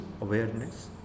awareness